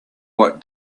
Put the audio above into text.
what